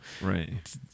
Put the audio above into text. Right